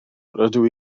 rydw